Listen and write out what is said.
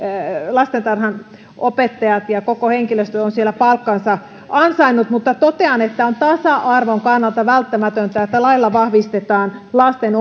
lastentarhanopettajat ja koko henkilöstö on siellä palkkansa ansainnut mutta totean että on tasa arvon kannalta välttämätöntä että lailla vahvistetaan lasten